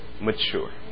mature